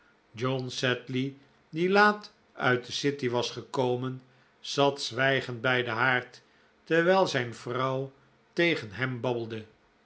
john sedley die laat uit de city was gekomen zat zwijgend bij den haard terwijl zijn vrouw tegen hem